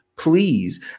Please